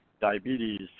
diabetes